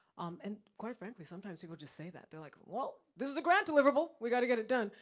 and quite frankly, sometimes people just say that like well, this is a grant deliverable. we gotta get it done.